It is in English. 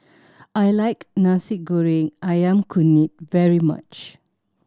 I like Nasi Goreng Ayam Kunyit very much